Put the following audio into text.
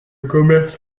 commerce